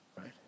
Right